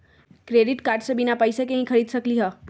Credit card से बिना पैसे के ही खरीद सकली ह?